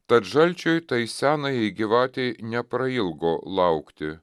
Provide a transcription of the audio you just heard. tad žalčiui tai senajai gyvatei neprailgo laukti